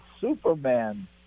Superman